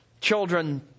children